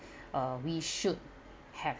uh we should have